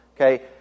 Okay